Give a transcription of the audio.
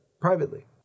privately